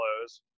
close